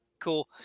cool